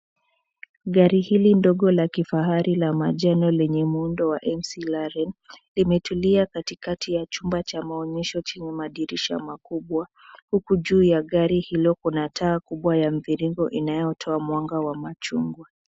Gari hili ndogo la kifahari la majela lenye muundo wa mclaren, limetulia katikati ya chumba cha maonyesho chenye madirisha makubwa huku juu ya gari hilo kuna taa ya mviringo inayotoa mwanga wa machungwa.